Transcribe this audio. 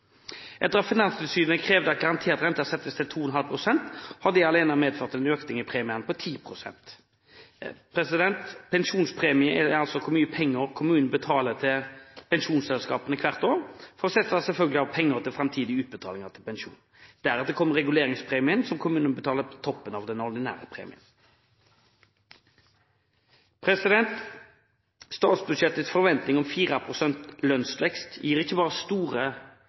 Etter at Finanstilsynet krevde at garantert rente settes til 2,5 pst., har det alene medført en økning i premiene på 10 pst. Pensjonspremie er altså hvor mye penger kommunen betaler til pensjonsselskapene hvert år, for å sette av penger til framtidige utbetalinger til pensjon. Deretter kommer reguleringspremien, som kommunene må betale på toppen av den ordinære premien. Statsbudsjettets forventing om 4 pst. lønnsvekst gir ikke bare store